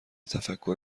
تفکر